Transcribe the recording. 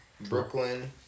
Brooklyn